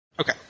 Okay